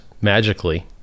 magically